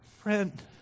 Friend